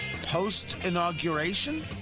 post-inauguration